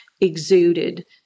exuded